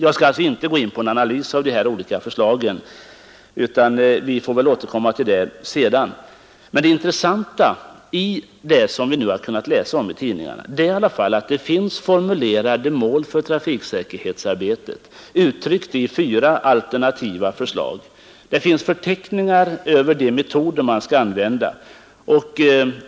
Jag skall inte gå in på en analys av de olika förslagen här. Vi får väl återkomma till den saken senare. Men det intressanta i det som vi kunnat läsa om i tidningarna är att det finns formulerade mål för trafiksäkerhetsarbetet uttryckta i fyra alternativa förslag. Det finns förteckningar över de metoder man skall använda.